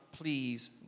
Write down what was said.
please